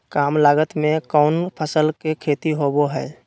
काम लागत में कौन फसल के खेती होबो हाय?